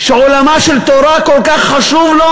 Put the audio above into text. שעולמה של תורה כל כך חשוב לו,